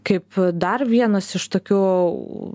kaip dar vienas iš tokių